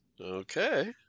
Okay